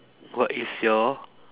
what is your